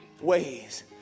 ways